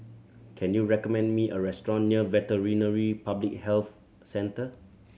can you recommend me a restaurant near Veterinary Public Health Centre